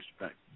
respect